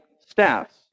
staffs